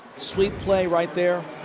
sweet play right there.